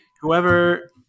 whoever